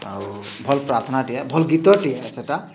ଆଉ ଭଲ୍ ପ୍ରାର୍ଥନାଟିଏ ଭଲ୍ ଗୀତଟିଏ ସେଟା